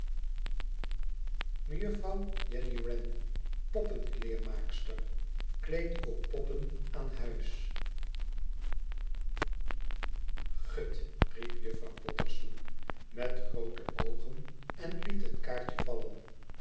mej jenny wren poppenklbermaaicster kleedt oök poppen aan huis gut riep juffrouw potterson met groote oogen en liet het kaartje vallen